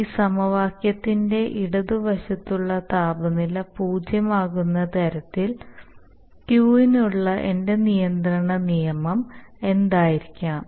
ഈ സമവാക്യത്തിന്റെ ഇടതുവശത്തുള്ള താപനില പൂജ്യമാകുന്ന തരത്തിൽ Q നുള്ള എന്റെ നിയന്ത്രണ നിയമം എന്തായിരിക്കണം